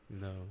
No